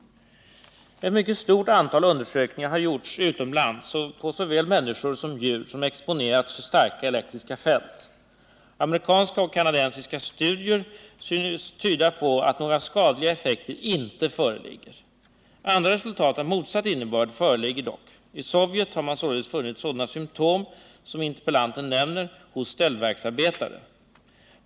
Ett mycket stort antal undersökningar har gjorts utomlands på såväl människor som djur som exponerats för starka elektriska fält. Amerikanska och kanadensiska studier synes tyda på att några skadliga effekter inte föreligger. Andra resultat av motsatt innebörd föreligger dock. I Sovjet har man således funnit sådana symtom som interpellanten nämner hos ställverksarbetare.